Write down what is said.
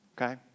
okay